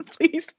please